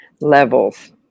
levels